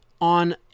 on